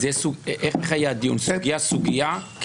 איך יהיה הדיון, סוגיה-סוגיה?